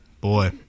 boy